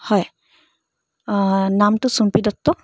হয় নামটো চুম্পি দত্ত